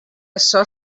açò